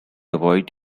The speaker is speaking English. avoid